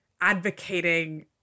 advocating